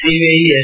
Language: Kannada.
CBI S